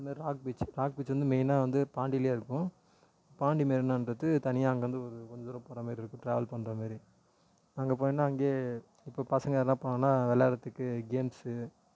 அந்த மாதிரி rock beach rock பீச்சி வந்து மெயினாக வந்து பாண்டியிலே இருக்கும் பாண்டி மெரினாங்றது தனியாக அங்கிருந்து ஒரு கொஞ்சம் தூரம் போகிற மாதிரி இருக்கும் ட்ராவல் பண்ணுற மாரி அங்கே போனீங்கனால் அங்கே இப்போ பசங்கள் எதாவது போகணுன்னா விளயாட்றதுக்கு கேம்ஸு